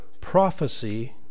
prophecy